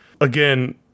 again